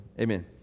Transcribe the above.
Amen